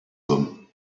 them